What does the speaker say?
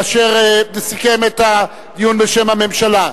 אשר סיכם את הדיון בשם הממשלה.